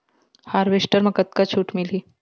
Harvester म कतका छूट मिलही?